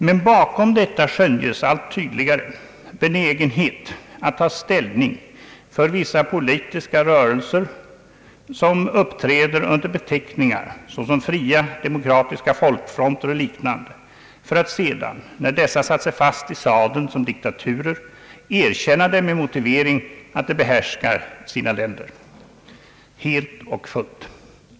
Men bakom detta skönjes allt tydligare en benägenhet att ta ställning för vissa politiska rörelser, som uppträder under beteckningar såsom fria demokratiska folkfronter och liknande, för att sedan när dessa satt sig fast i sadeln som diktaturer erkänna dem med motiveringen att de behärskar sina länder helt och fullt.